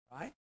right